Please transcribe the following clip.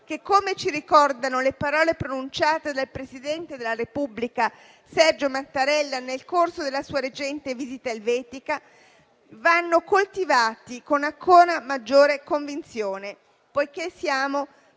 che, come ci ricordano le parole pronunciate dal presidente della Repubblica Sergio Mattarella nel corso della sua recente visita elvetica, vanno coltivati con ancora maggiore convinzione, poiché siamo